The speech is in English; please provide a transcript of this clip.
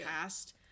past